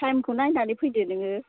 टाइमखौ नायनानै फैदो नोङो